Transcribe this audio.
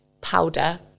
powder